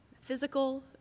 physical